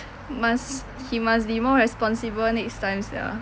must he must be more responsible next time sia